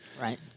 Right